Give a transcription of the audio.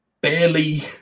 barely